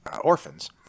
orphans